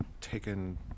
taken